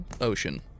ocean